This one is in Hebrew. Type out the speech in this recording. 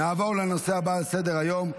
נעבור לנושא הבא על סדר-היום,